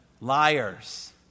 Liars